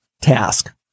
task